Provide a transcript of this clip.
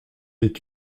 est